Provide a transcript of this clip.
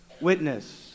witness